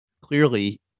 clearly